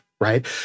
right